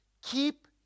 Keep